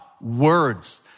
Words